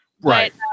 right